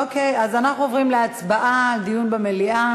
אוקיי, אז אנחנו עוברים להצבעה על דיון במליאה.